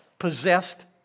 Possessed